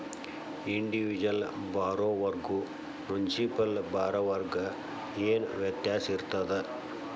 Individual ಬಾರೊವರ್ಗು municipal ಬಾರೊವರ್ಗ ಏನ್ ವ್ಯತ್ಯಾಸಿರ್ತದ?